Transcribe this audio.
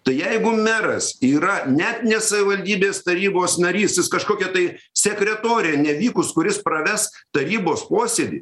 tai jeigu meras yra net ne savivaldybės tarybos narys jis kažkokia tai sekretorė nevykus kuris praves tarybos posėdį